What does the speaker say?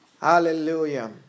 Hallelujah